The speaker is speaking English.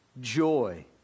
joy